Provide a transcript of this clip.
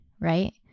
right